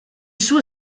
suo